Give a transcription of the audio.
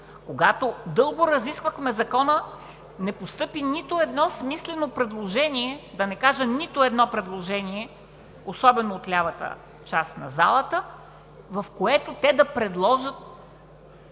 когато дълго разисквахме Закона, не постъпи нито едно смислено предложение – да не кажа нито едно предложение, особено от лявата част на залата, в което те да предложат